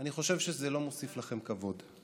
אני חושב שזה לא מוסיף לכם כבוד.